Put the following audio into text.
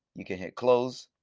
you can hit close.